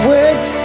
Words